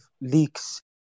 leaks